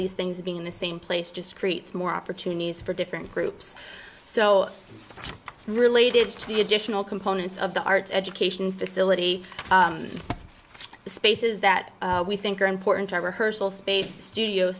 these things being in the same place just creates more opportunities for different groups so related to the additional components of the art education facility the spaces that we think are important to